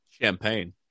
Champagne